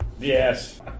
Yes